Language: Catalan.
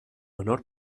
menor